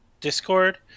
Discord